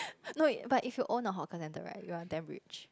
no but if you own a hawker centre right you are damn rich